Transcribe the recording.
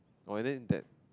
oh then that